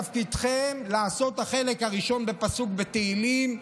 תפקידכם לעשות את החלק הראשון בפסוק בתהילים,